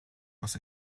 was